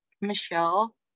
Michelle